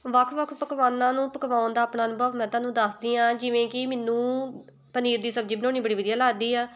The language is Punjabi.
ਵੱਖ ਵੱਖ ਪਕਵਾਨਾਂ ਨੂੰ ਪਕਵਾਉਣ ਦਾ ਆਪਣਾ ਅਨੁਭਵ ਮੈਂ ਤੁਹਾਨੂੰ ਦੱਸਦੀ ਹਾਂ ਜਿਵੇਂ ਕਿ ਮੈਨੂੰ ਪਨੀਰ ਦੀ ਸਬਜ਼ੀ ਬਣਾਉਣੀ ਬੜੀ ਵਧੀਆ ਲੱਗਦੀ ਆ